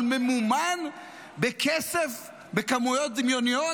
אבל "ממומן בכסף בכמויות דמיוניות"?